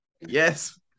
Yes